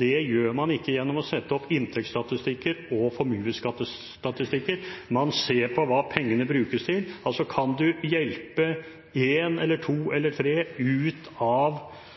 Det gjør man ikke gjennom å sette opp inntektsstatistikker og formuesstatistikker – man ser på hva pengene brukes til. Kan man hjelpe én, to eller tre ut av